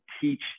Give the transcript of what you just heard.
teach